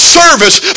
service